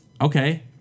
Okay